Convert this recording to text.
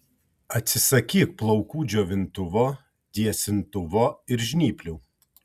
atsisakyk plaukų džiovintuvo tiesintuvo ir žnyplių